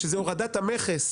שזה הורדת המכס,